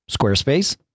Squarespace